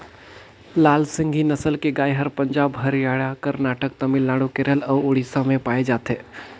लाल सिंघी नसल के गाय हर पंजाब, हरियाणा, करनाटक, तमिलनाडु, केरल अउ उड़ीसा में पाए जाथे